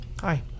hi